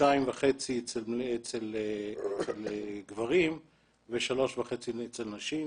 חודשיים וחצי אצל גברים ושלושה וחצי אצל נשים.